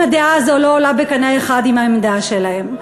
אם הדעה הזו לא עולה בקנה אחד עם העמדה שלהם.